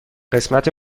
قسمت